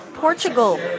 Portugal